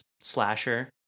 slasher